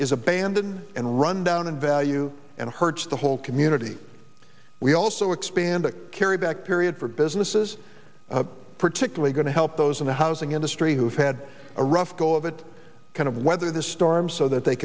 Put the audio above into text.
is abandon and run down in value and hurts the whole community we also expand the carry back period for businesses particularly going to help those in the housing industry who've had a rough go of it kind of weather the storm so that they